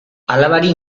alabari